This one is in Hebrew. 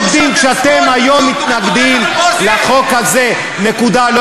אתם בוגדים כשאתם היום מתנגדים לחוק הזה, נקודה.